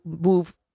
move